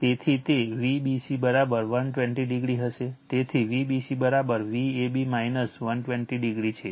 તેથી તે Vbc 120o હશે તેથી Vbc Vab 120o છે